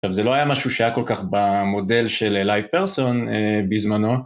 עכשיו זה לא היה משהו שהיה כל כך במודל של Live Person בזמנו